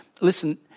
Listen